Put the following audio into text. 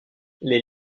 les